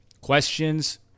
questions